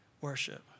worship